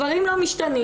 דברים לא משתנים.